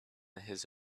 his